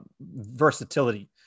versatility